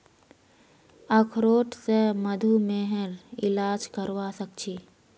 अखरोट स मधुमेहर इलाज करवा सख छी